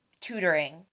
tutoring